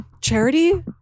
Charity